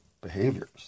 behaviors